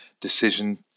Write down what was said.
decision